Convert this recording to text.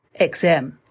XM